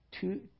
two